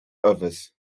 others